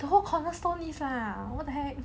the whole cornerstone these ah what the heck